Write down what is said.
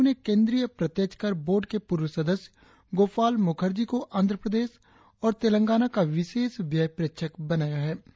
आयोग ने केंद्रीय प्रत्यक्ष कर बोर्ड के पूर्व सदस्य गोपाल मुखर्जी को आंध्र प्रदेश और तेलंगाना का विशेष व्यय प्रेक्षक बनाया है